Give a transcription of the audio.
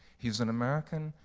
he's an american,